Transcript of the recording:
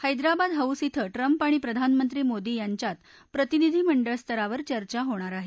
Hyderabad house ििं Trump आणि प्रधानमंत्री मोदी यांच्यात प्रतिनिधी मंडळ स्तरावर चर्चा होणार आहे